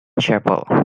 chapel